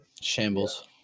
Shambles